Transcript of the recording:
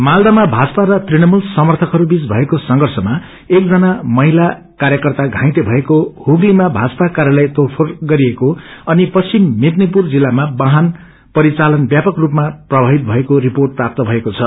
मालदामा भाजपा र तृणमूल समर्थकहरू बीच भएको संर्थषमा एक जना महिला कार्यकर्ता घाइते भएको हुगलीमा भाजपा कार्यालय तोङफोङ गरिएको अनि पचिम मेदनीपुर जिल्लामा वाहन परिचालनन व्यापक स्पमा प्रभावित भएको रिपोंट प्राप्त भएको छ